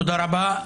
תודה רבה,